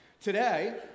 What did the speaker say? Today